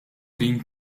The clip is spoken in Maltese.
din